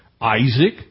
Isaac